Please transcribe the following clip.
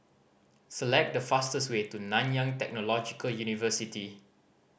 select the fastest way to Nanyang Technological University